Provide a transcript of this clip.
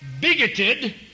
bigoted